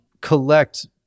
collect